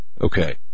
Okay